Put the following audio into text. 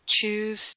choose